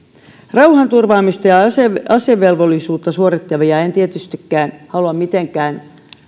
rauhanturvaamista ja asevelvollisuutta suorittavia ja heidän oikeuksiaan en tietystikään halua mitenkään